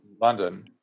London